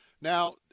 Now